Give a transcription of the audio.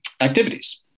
activities